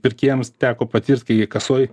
pirkėjams teko patirt kai kasoj